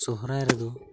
ᱥᱚᱦᱨᱟᱭ ᱨᱮᱫᱚ